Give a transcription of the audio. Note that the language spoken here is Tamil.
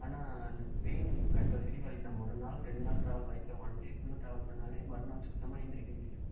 ஆனால் அந்த பெயின் கம்பல்சரி வலிக்கும் நம்ம ஒரு நாள் ரெண்டு நாள் ட்ராவல் பைக்கில் ஒன்டே ஃபுல்லும் ட்ராவல் பண்ணாலே மறுநாள் சுத்தமாக எழுந்திரிக்க முடியாது